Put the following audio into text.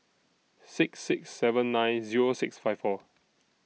six six seven nine Zero six five four